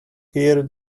here